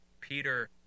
Peter